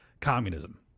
communism